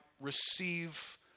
receive